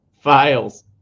files